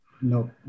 no